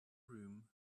room